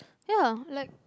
ya like